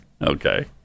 Okay